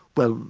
well,